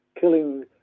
killing